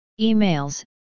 Emails